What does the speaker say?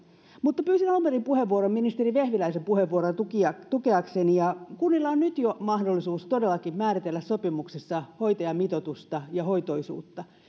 mutta pyysin alun perin puheenvuoron ministeri vehviläisen puheenvuoroa tukeakseni kunnilla on nyt jo mahdollisuus todellakin määritellä sopimuksissa hoitajamitoitusta ja hoitoisuutta